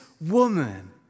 woman